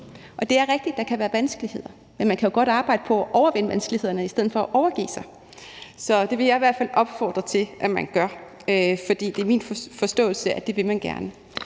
Og det er rigtigt, at der kan være vanskeligheder. Men man kan jo godt arbejde på at overvinde vanskelighederne i stedet for at overgive sig. Så det vil jeg i hvert fald opfordre til at man gør, for det er min forståelse, at det vil man gerne.